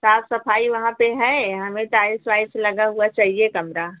साफ सफाई वहाँ पे है हमें टाइल्स वाइल्स लगा हुआ चाहिए कमरा